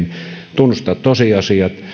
tunnustaa tosiasiat